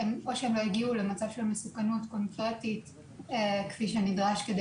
או שהן לא הגיעו למצב של מסוכנות קונקרטית כפי שנדרש כדי